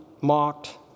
mocked